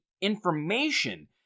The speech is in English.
information